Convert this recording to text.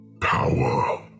power